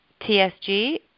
TSG